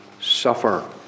suffer